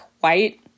white